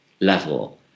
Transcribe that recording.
level